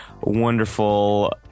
wonderful